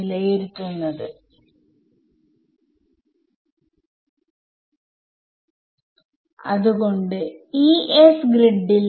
ആണ് അത്കൊണ്ട് എന്റെ t ആവുന്നു